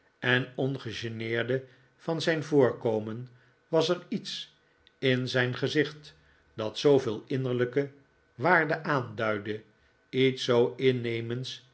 zonderlinge enongegeneerde van zijn voorkomen was er iets in zijn gezicht dat zooveel innerlijke waarde aanduidde iets zoo innemends